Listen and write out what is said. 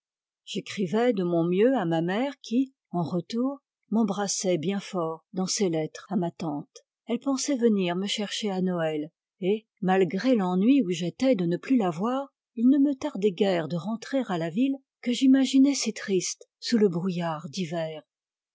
j'écrivais de mon mieux à ma mère qui en retour m'embrassait bien fort dans ses lettres à ma tante elle pensait venir me chercher à noël et malgré l'ennui où j'étais de ne plus la voir il ne me tardait guère de rentrer à la ville que j'imaginais si triste sous le brouillard d'hiver